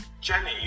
Jenny